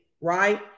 Right